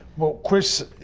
well, chris,